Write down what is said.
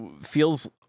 Feels